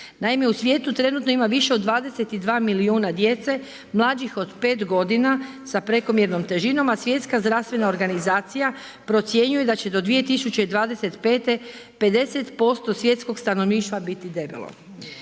Naime u svijetu trenutno ima više od 22 milijuna djece mlađih od 5 godina sa prekomjernom težinom, a Svjetska zdravstvena organizacija procjenjuje da će do 2025. 50% svjetskog stanovništva biti debelo.